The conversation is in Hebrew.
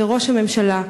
לראש הממשלה,